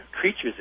creatures